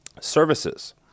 services